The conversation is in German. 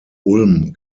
ulm